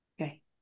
Okay